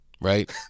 Right